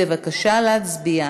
בבקשה להצביע.